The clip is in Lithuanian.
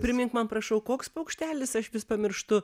primink man prašau koks paukštelis aš vis pamirštu